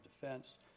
defense